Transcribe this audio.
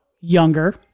younger